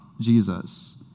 Jesus